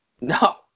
No